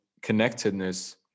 connectedness